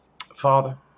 Father